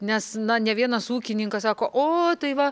nes na ne vienas ūkininkas sako o tai va